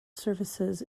services